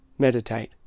Meditate